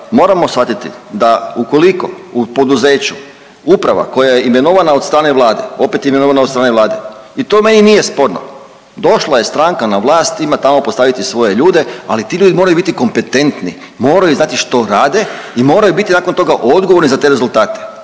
moramo shvatiti da ukoliko u poduzeću uprava koja je imenovana od strane Vlade, opet imenovana od strane Vlade i to meni nije sporno. Došla je stranka na vlast, ima tamo postaviti svoje ljude ali ti ljudi moraju biti kompetentni, moraju znati što rade i moraju biti nakon toga odgovorni za te rezultate.